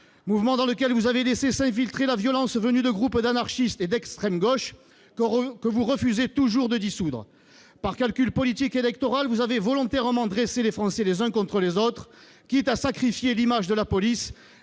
« gilets jaunes ». Vous avez laissé s'y infiltrer la violence venue de groupes d'anarchistes et d'extrême gauche que vous refusez toujours de dissoudre. Par calcul politique et électoral, vous avez volontairement dressé les Français les uns contre les autres, quitte à sacrifier l'image de la police,